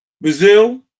Brazil